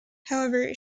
however